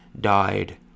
died